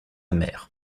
mère